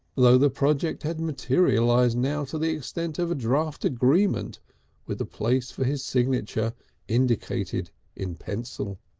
though the project had materialised now to the extent of a draft agreement with the place for his signature indicated in pencil.